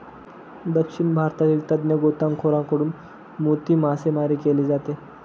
दक्षिण भारतातील तज्ञ गोताखोरांकडून मोती मासेमारी केली जाते